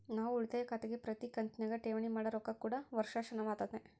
ನಾವು ಉಳಿತಾಯ ಖಾತೆಗೆ ಪ್ರತಿ ಕಂತಿನಗ ಠೇವಣಿ ಮಾಡೊ ರೊಕ್ಕ ಕೂಡ ವರ್ಷಾಶನವಾತತೆ